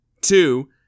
Two